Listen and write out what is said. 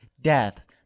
Death